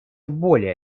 более